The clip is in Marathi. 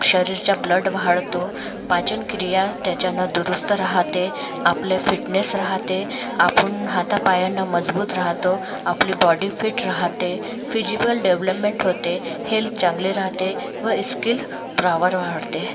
शरीराचा ब्लड वाहाळतो पाचन क्रिया त्याच्यानं दुरुस्त राहते आपलं फिटनेस रहाते आपण हातापायानं मजबूत राहतो आपली बॉडी फिट राहते फिजिबल डेवलब्मेंट होते हेल्त चांगले राहते व इस्किल प्रॉवर वाहाडते